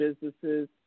businesses